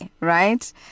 right